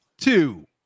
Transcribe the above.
two